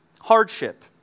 hardship